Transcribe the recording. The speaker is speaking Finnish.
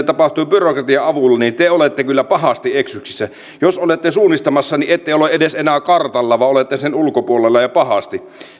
tapahtuu byrokratian avulla niin te olette kyllä pahasti eksyksissä jos olette suunnistamassa niin ette ole edes kartalla vaan olette sen ulkopuolella ja pahasti